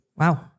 Wow